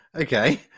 okay